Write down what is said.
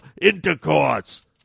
intercourse